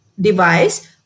device